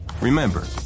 Remember